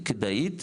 היא כדאית,